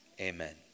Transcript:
amen